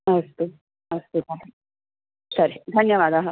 अस्तु अस्तु तर्हि तर्हि धन्यवादाः